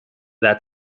that